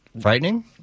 frightening